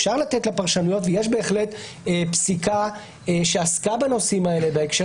אפשר לתת לה פרשנויות ויש בהחלט פסיקה שעסקה בנושאים האלה בהקשר